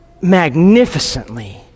magnificently